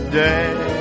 day